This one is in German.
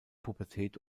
pubertät